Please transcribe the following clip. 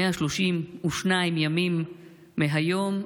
132 ימים מהיום,